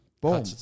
boom